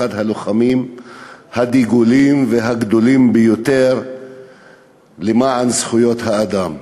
אחד הלוחמים הדגולים והגדולים ביותר למען זכויות האדם.